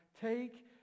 Take